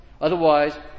Otherwise